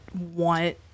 want